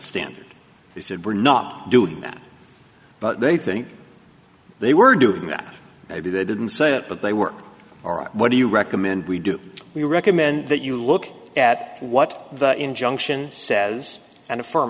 standard he said we're not doing that but they think they were doing that maybe they didn't say it but they were all right what do you recommend we do we recommend that you look at what the injunction says and